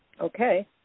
okay